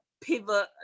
pivot